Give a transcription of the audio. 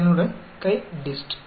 இடனுடன் CHI DIST